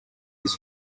his